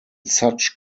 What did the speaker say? such